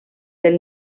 del